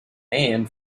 and